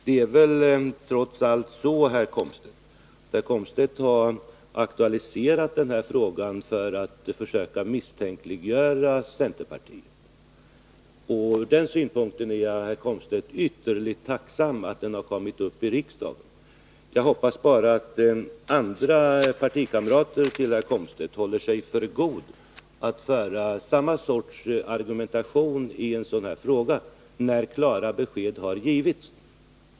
Det är väl trots allt så, att herr Komstedt har aktualiserat den här frågan för att försöka misstänkliggöra centerpartiet. Ur den synpunkten är jag, herr Komstedt, ytterligt tacksam för att frågan kommit upp i riksdagen. Jag hoppas bara att partikamrater till herr Komstedt håller sig för goda för att föra detta slags argumentation i en sådan här fråga, när klara besked har givits.